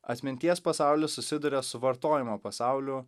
atminties pasaulis susiduria su vartojimo pasauliu